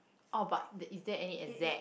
oh but is there any exact